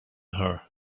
her